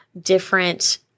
different